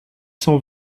cent